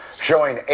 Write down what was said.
showing